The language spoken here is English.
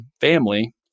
family